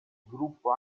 gruppo